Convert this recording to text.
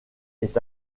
est